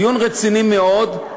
דיון רציני מאוד,